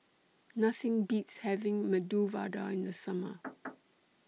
Nothing Beats having Medu Vada in The Summer